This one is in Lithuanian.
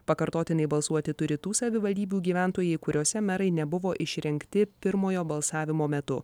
pakartotinai balsuoti turi tų savivaldybių gyventojai kuriose merai nebuvo išrinkti pirmojo balsavimo metu